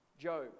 Job